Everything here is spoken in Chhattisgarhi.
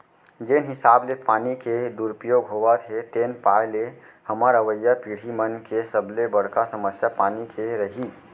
जेन हिसाब ले पानी के दुरउपयोग होवत हे तेन पाय ले हमर अवईया पीड़ही मन के सबले बड़का समस्या पानी के रइही